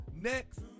next